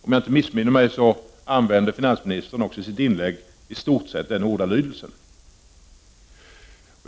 Om jag inte missminner mig använde finansministern sig också i sitt inlägg av i stort sett samma ordalydelse.